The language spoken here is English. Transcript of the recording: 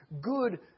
Good